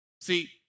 See